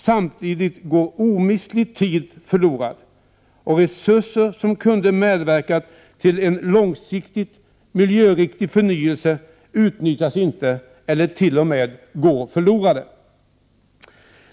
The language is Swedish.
Samtidigt går omistlig tid förlorad, och resurser som kunde medverka till en långsiktig miljöriktig förnyelse utnyttjas inte eller går t.o.m. förlorade.